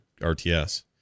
rts